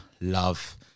love